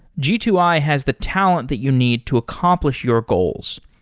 g two i has the talent that you need to accomplish your goals.